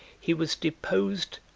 he was deposed,